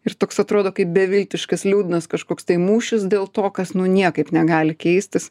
ir toks atrodo kaip beviltiškas liūdnas kažkoks tai mūšis dėl to kas nu niekaip negali keistis